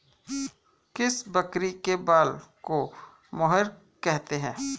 किस बकरी के बाल को मोहेयर कहते हैं?